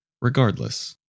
Regardless